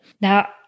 Now